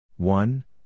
One